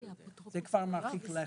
זה כבר מרחיק לכת.